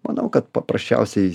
manau kad paprasčiausiai